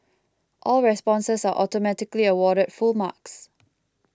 all responses are automatically awarded full marks